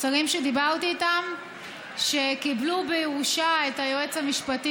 שרים שדיברתי איתם שקיבלו בירושה את היועץ המשפטי